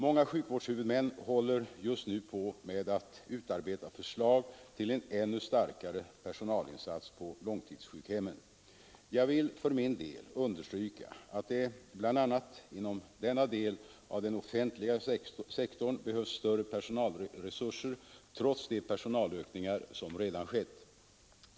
Många sjukvårdshuvudmän håller just nu på med att utarbeta förslag till en ännu starkare personalinsats på långtidssjukhemmen. Jag vill för min del understryka att det bl.a. inom denna del av den offentliga sektorn behövs större personalresurser trots de personalökningar som redan skett.